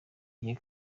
gihe